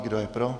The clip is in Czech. Kdo je pro?